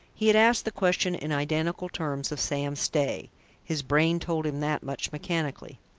he had asked the question in identical terms of sam stay his brain told him that much, mechanically.